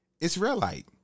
Israelite